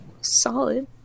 Solid